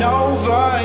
over